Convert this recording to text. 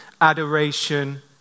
adoration